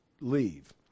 leave